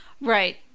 Right